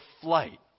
flight